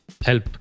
help